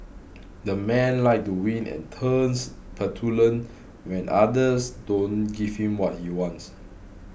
that man likes to win and turns petulant when others don't give him what he wants